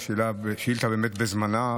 השאילתה היא באמת בזמנה.